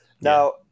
now